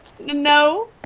No